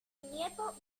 nieto